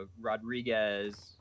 Rodriguez